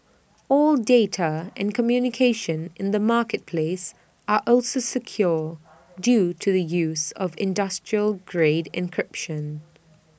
all data and communication in the marketplace are also secure due to the use of industrial grade encryption